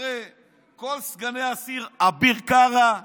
אחרי כל סגני השרים, אביר קארה,